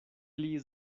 pli